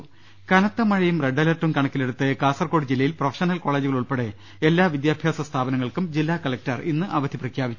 രദ്ദേഷ്ടങ കനത്ത മഴയും റെഡ് അലർട്ടും കണക്കിലെടുത്ത് കാസർകോട് ജില്ല യിൽ പ്രൊഫഷണൽ കോളജുകൾ ഉൾപ്പെടെ എല്ലാ വിദ്യാഭ്യാസ സ്ഥാപന ങ്ങൾക്കും ജില്ലാ കലക്ടർ ഇന്ന് അവധി നൽകി